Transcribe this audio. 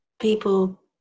people